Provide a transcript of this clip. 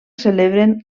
celebren